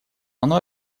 оно